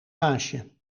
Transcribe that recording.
baasje